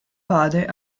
padre